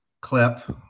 clip